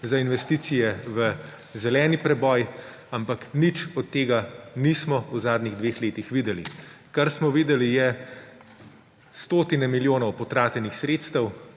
za investicije v zeleni preboj, ampak nič od tega nismo v zadnjih dveh letih videli. Kar smo videli, je stotine milijonov potratenih sredstev.